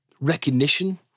recognition